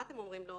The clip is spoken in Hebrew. מה אתם אומרים לו?